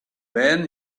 man